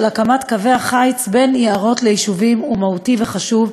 הקמת קווי החיץ בין יערות ליישובים הוא מהותי וחשוב,